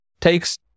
takes